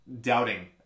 doubting